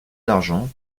d’argent